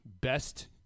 best